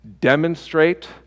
demonstrate